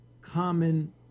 common